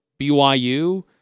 BYU